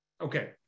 Okay